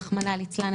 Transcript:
רחמנא ליצלן,